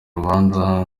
urubanza